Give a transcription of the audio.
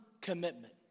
commitment